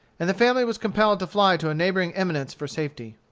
and the family was compelled to fly to a neighboring eminence for safety.